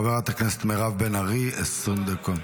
חברת הכנסת מירב בן ארי, 20 דקות.